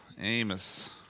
Amos